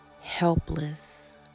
helpless